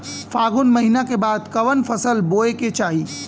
फागुन महीना के बाद कवन फसल बोए के चाही?